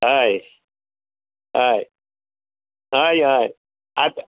हय हय हय हय आतां